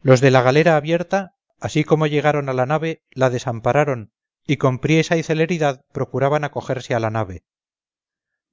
los de la galera abierta así como llegaron a la nave la desampararon y con priesa y celeridad procuraban acogerse a la nave